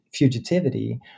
fugitivity